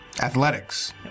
Athletics